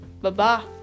Bye-bye